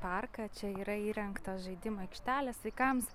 parką čia yra įrengtos žaidimų aikštelės vaikams